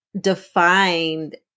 defined